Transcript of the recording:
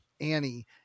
Annie